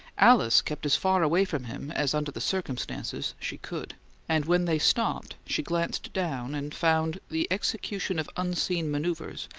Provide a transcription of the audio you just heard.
alice kept as far away from him as under the circumstances she could and when they stopped she glanced down, and found the execution of unseen manoeuvres,